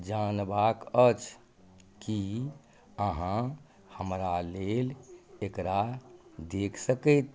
जानबाक अछि की अहाँ हमरा लेल एकरा देख सकैत